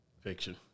Fiction